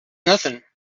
nothing